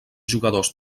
jugadors